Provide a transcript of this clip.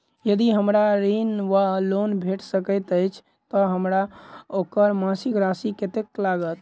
यदि हमरा ऋण वा लोन भेट सकैत अछि तऽ हमरा ओकर मासिक राशि कत्तेक लागत?